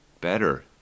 Better